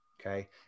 Okay